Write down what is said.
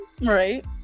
Right